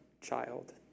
child